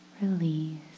release